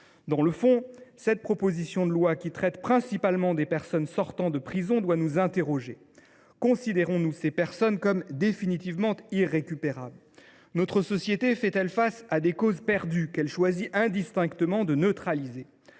Dans le fond, cette proposition de loi, qui traite principalement d’individus sortant de prison, doit nous interroger. Considérons nous ces personnes comme définitivement irrécupérables ? Notre société fait elle face à des causes perdues qu’elle choisit indistinctement de neutraliser ?